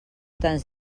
tants